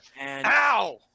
Ow